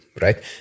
right